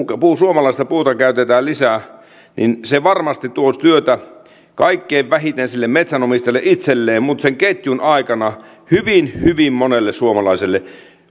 suomalaista puuta käytetään lisää se varmasti tuo työtä kaikkein vähiten sille metsänomistajalle itselleen mutta sen ketjun aikana hyvin hyvin monelle suomalaiselle